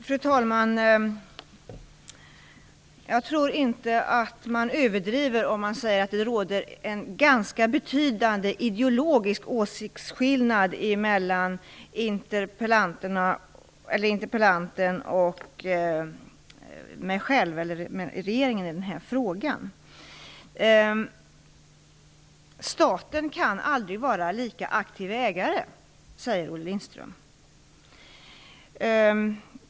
Fru talman! Jag tror inte att det är en överdrift att säga att det råder en ganska betydande ideologisk åsiktsskillnad mellan interpellanten och regeringen i denna fråga. Staten kan aldrig vara en lika aktiv ägare, säger Olle Lindström.